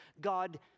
God